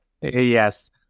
Yes